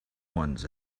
ones